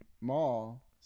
mall